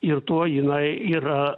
ir tuo jinai yra